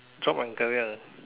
job and career